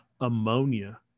Ammonia